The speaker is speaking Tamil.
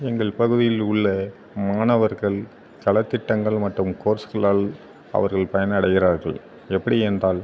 எங்கள் பகுதியில் உள்ள மாணவர்கள் கலத்திட்டங்கள் மற்றும் கோர்ஸ்களால் அவர்கள் பயனடைகிறார்கள் எப்படி என்றால்